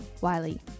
Wiley